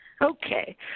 Okay